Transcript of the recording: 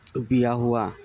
বিয়া হোৱা